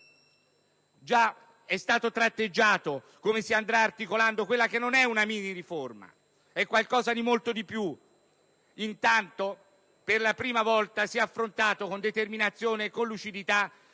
Già è stato tratteggiato come si andrà articolando quella che non è una mini riforma ma qualcosa di molto di più. Intanto, per la prima volta, si è affrontato con determinazione e con lucidità